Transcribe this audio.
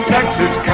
Texas